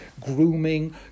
Grooming